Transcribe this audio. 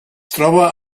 troba